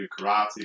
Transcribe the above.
karate